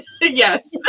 Yes